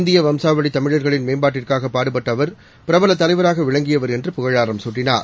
இந்திய வம்சாவளி தமிழர்களின் மேம்பாட்டிற்காக பாடுபட்ட அவர் விளங்கியவர் என்று புகழாராம் சூட்டினார்